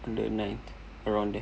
on the ninth around there